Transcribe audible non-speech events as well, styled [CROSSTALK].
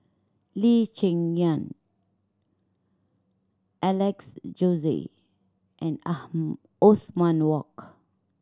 Lee Cheng Yan Alex Josey and [UNINTELLIGIBLE] Othman Wok